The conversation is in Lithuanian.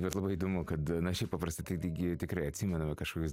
bet labai įdomu kad na šiaip paprastai tai taigi tikrai atsimena kažkokius